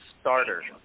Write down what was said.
starter